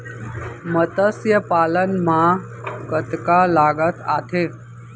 मतस्य पालन मा कतका लागत आथे?